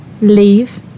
Leave